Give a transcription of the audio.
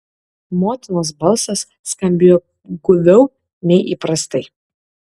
motinos balsas skambėjo guviau nei įprastai